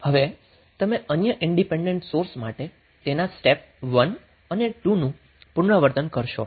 હવે તમે અન્ય ઇન્ડિપેન્ડન્ટ સોર્સ માટે તેના સ્ટેપ 1 અને 2 નું પુનરાવર્તન કરશો